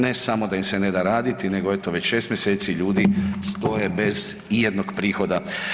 Ne samo da im se ne da raditi, nego eto već 6 mjeseci ljudi stoje bez ijednog prihoda.